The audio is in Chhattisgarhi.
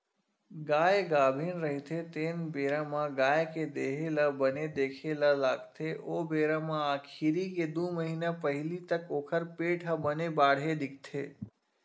गाय गाभिन रहिथे तेन बेरा म गाय के देहे ल बने देखे ल लागथे ओ बेरा म आखिरी के दू महिना पहिली तक ओखर पेट ह बने बाड़हे दिखथे